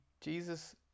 jesus